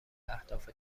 اهداف